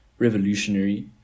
Revolutionary